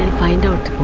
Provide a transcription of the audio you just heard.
find out